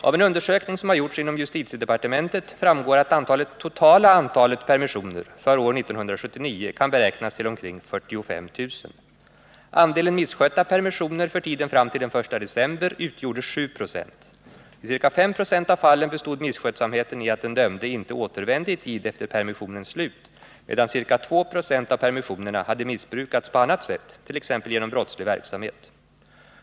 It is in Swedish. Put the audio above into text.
Av en undersökning som har gjorts inom justitiedepartementet framgår att det totala antalet permissioner för år 1979 kan beräknas till omkring 45 000. Andelen misskötta permissioner för tiden fram till den 1 december utgjorde 796. I ca 596 av fallen bestod misskötsamheten i att den dömde inte återvände i tid efter permissionens slut, medan ca 2 20 av permissionerna hade missbrukats på annat sätt, t.ex. genom brottslig verksamhet.